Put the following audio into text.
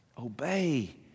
Obey